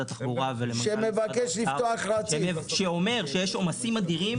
התחבורה ולמנכ"ל משרד האוצר שאומר שיש עומסים אדירים,